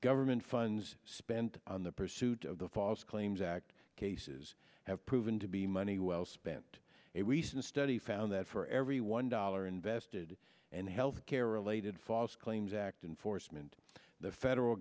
government funds spent on the pursuit of the false claims act cases have proven to be money well spent a recent study found that for every one dollar invested and health care related false claims act enforcement the federal